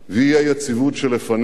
והאי-יציבות שלפנינו